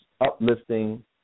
uplifting